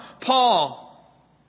Paul